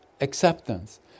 acceptance